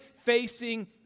facing